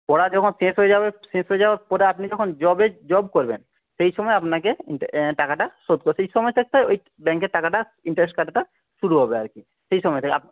পড়া যখন শেষ হয়ে যাবে শেষ হয়ে যাওয়ার পরে আপনি যখন জবের জব করবেন সেই সময় আপনাকে টাকাটা শোধ করতে হবে সেই সময় ওই ব্যাঙ্কের টাকাটা ইন্টারেস্ট কাটাটা শুরু হবে আর কি সেই সময় থেকে